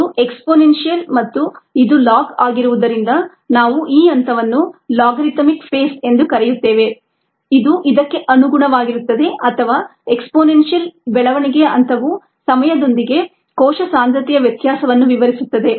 ಇದು ಎಕ್ಸ್ಪೋನೆನ್ಸಿಯಲ್ ಮತ್ತು ಇದು ಲಾಗ್ ಆಗಿರುವುದರಿಂದ ನಾವು ಈ ಹಂತವನ್ನು ಲಾಗರಿಥಮಿಕ್ ಫೇಸ್ ಎಂದು ಕರೆಯುತ್ತೇವೆ ಇದು ಇದಕ್ಕೆ ಅನುಗುಣವಾಗಿರುತ್ತದೆ ಅಥವಾ ಎಕ್ಸ್ಪೋನೆನ್ಸಿಯಲ್ ಬೆಳವಣಿಗೆಯ ಹಂತವು ಸಮಯದೊಂದಿಗೆ ಕೋಶ ಸಾಂದ್ರತೆಯ ವ್ಯತ್ಯಾಸವನ್ನು ವಿವರಿಸುತ್ತದೆ